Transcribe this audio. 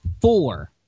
four